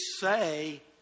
say